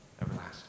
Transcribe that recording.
everlasting